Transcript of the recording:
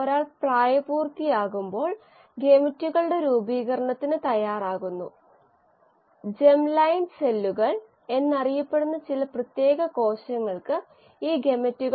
നമ്മൾ പൂർത്തിയാക്കിയ ശേഷം നമ്മുടെ കണക്കുകൂട്ടലുകൾ പരിശോധിക്കുന്നത് എല്ലായ്പ്പോഴും നല്ലതാണ് എന്നാൽ എല്ലായ്പ്പോഴും നമ്മൾ മനസ്സിൽ കിട്ടുന്നു സംഖ്യയുടെ യാഥാർത്ഥ്യം നിലനിർത്തുക